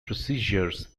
procedures